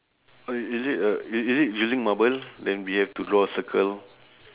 uh is it a is is it using marble then we have to draw a circle